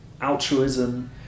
altruism